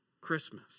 Christmas